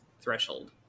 threshold